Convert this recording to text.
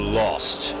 lost